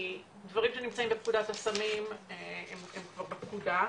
דברים שנמצאים בפקודת הסמים הם כבר בפקודה,